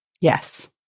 Yes